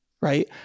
right